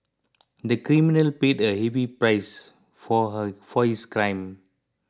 the criminal paid a heavy price for her for his crime